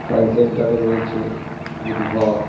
science সেন্টারে রয়েছে ভূতঘর